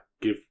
give